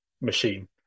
machine